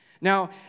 Now